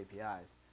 APIs